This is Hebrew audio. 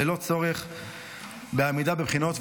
ללא צורך בעמידה בבחינות,